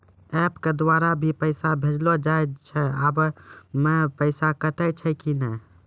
App के द्वारा भी पैसा भेजलो जाय छै आबै मे पैसा कटैय छै कि नैय?